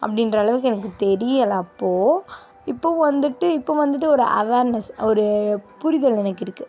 அப்படின்ற அளவுக்கு எனக்கு தெரியலை அப்போது இப்போது வந்துட்டு இப்போது வந்துட்டு ஒரு அவேர்னஸ் ஒரு புரிதல் எனக்கு இருக்குது